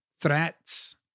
threats